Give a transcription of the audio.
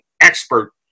expert